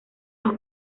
los